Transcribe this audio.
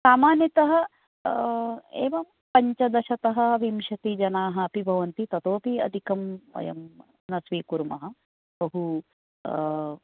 सामान्यतः एवं पञ्चदशतः विंशति जनाः अपि भवन्ति ततोऽपि अधिकं वयं न स्वीकुर्मः बहु